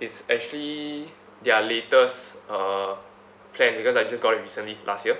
it's actually their latest uh plan because I just got it recently last year